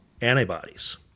antibodies